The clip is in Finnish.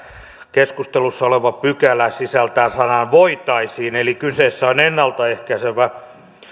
keskustelussa oleva pykälä sisältää sanan voitaisiin eli kyseessä on ennalta ehkäisevä